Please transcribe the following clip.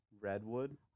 Redwood